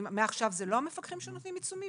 ומעכשיו זה לא המפקחים שנותנים עיצומים?